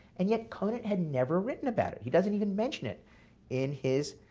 and yet, conant had never written about it. he doesn't even mention it in his